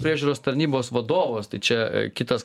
priežiūros tarnybos vadovas tai čia kitas